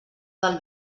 del